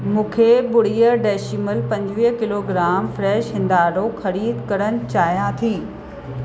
मूंखे ॿुड़ीअ डेशीमल पंजुवीह किलोग्राम फ्रेश हिंदाणो ख़रीदु करणु चाहियां थी